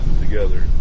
together